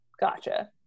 gotcha